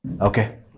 okay